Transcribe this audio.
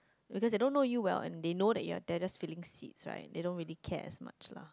because they don't know you well and they know that you are they are just filling seats right they don't really care as much lah